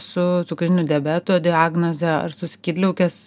su cukrinio diabeto diagnoze ar su skydliaukės